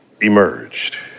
emerged